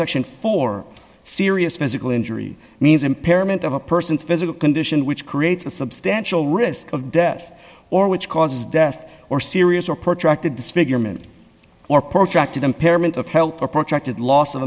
subsection for serious physical injury means impairment of a person's physical condition which creates a substantial risk of death or which causes death or serious or protracted disfigurement or protracted impairment of help or protracted loss of